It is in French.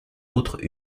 autres